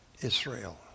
Israel